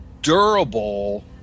durable